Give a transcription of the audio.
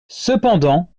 cependant